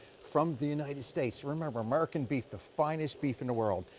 from the united states. remember, american beef, the finest beef in the world.